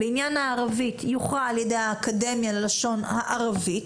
בעניין הערבית יוכרע על ידי האקדמיה ללשון הערבית